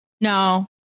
No